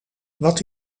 wat